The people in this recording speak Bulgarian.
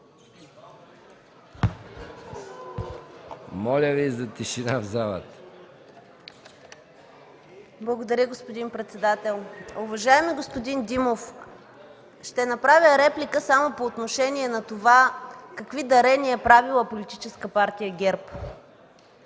Моля Ви за тишина в залата.